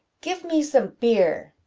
give me some beer!